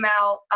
out